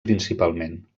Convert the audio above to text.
principalment